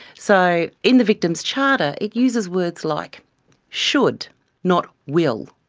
so in the victims charter, it uses words like should not will.